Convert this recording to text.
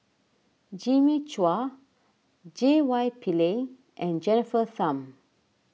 Jimmy Chua J Y Pillay and Jennifer Tham